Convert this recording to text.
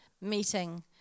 Meeting